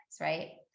right